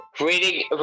reading